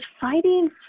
fighting